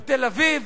בתל-אביב,